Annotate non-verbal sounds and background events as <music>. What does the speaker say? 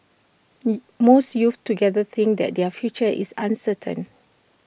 <unintelligible> most youths together think that their future is uncertain